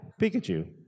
Pikachu